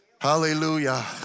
Hallelujah